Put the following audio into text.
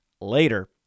later